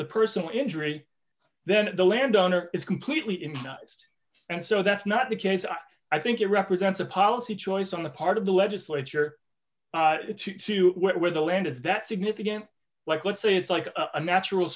the personal injury then the landowner is completely in and so that's not the case i think it represents a policy choice on the part of the legislature to where the land is that significant like let's say it's like a natural